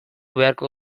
beharko